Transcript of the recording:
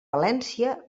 valència